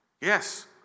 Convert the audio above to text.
yes